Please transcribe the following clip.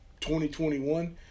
2021